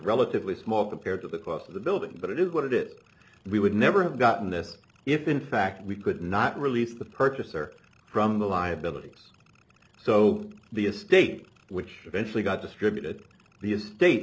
relatively small compared to the cost of the building but it is what it we would never have gotten this if in fact we could not release the purchaser from the liabilities so the estate which eventually got distributed the estate